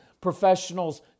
professionals